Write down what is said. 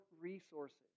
resources